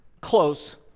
close